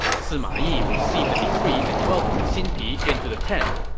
sima yi received the decree and welcomed xin pi into the tent.